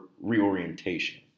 reorientation